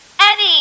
Eddie